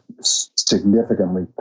significantly